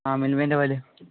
ആ മിൽമേൻ്റെ പാല്